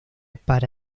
para